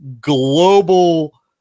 global